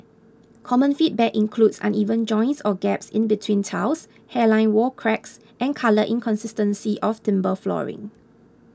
common feedback includes uneven joints or gaps in between tiles hairline wall cracks and colour inconsistency of timber flooring